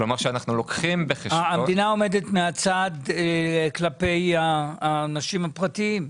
המדינה עומדת מהצד כלפי האנשים הפרטיים?